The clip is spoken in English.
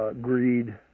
greed